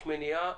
יש מניעה?